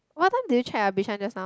what time did you check ah bishan just now